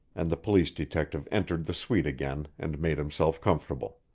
and the police detective entered the suite again and made himself comfortable.